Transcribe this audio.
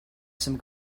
some